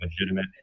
legitimate